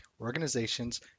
organizations